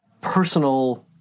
personal